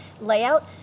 layout